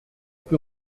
plus